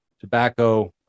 tobacco